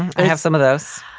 i have some of those.